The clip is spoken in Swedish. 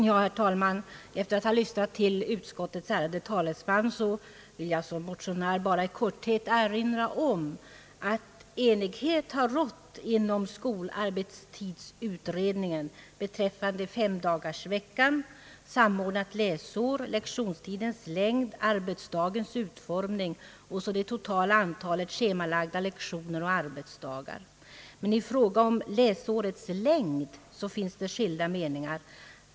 Herr talman! Efter att ha lyssnat till statsutskottets ärade talesman vill jag som motionär bara i korthet erinra om att enighet har rått inom skolarbetstidsutredningen beträffande femdagarsveckan, samordnat läsår, lektionstidens längd, arbetsdagens utformning och det totala antalet schemalagda lektioner och arbetsdagar. Men i fråga om läs årets längd finns skilda meningar.